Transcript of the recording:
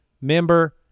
member